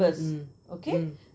mm mm